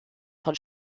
von